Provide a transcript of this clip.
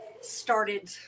started